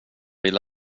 vill